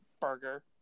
burger